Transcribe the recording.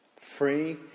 free